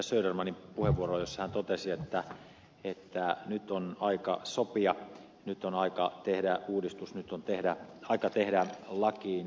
södermanin puheenvuoroon jossa hän totesi että nyt on aika sopia nyt on aika tehdä uudistus nyt on aika tehdä lakiin muutoksia